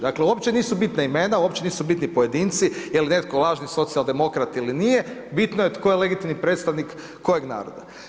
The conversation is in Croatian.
Dakle, uopće nisu bitna imena, uopće nisu bitni pojedinci, je li netko lažni socijaldemokrat ili nije, bitno je tko je legitimni predstavnik kojeg naroda.